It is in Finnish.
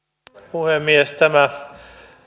puhemies tämä